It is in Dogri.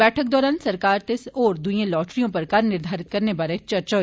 बैठक दौरान सरकारी ते होर दुए लाटरियें उप्पर कर निर्धारित करने बारै चर्चा होई